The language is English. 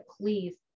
please